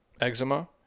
eczema